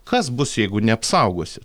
kas bus jeigu neapsaugosi